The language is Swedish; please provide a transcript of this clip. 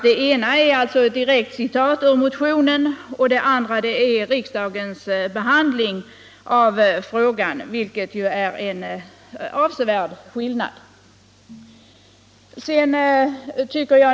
Det ena är alltså ett direkt citat ur motionen, medan det andra gäller riksdagens behandling av frågan. Det är ju en avsevärd skillnad.